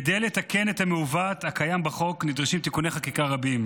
כדי לתקן את המעוות הקיים בחוק נדרשים תיקוני חקיקה רבים.